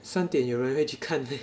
三点有人会去看 meh